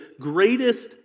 greatest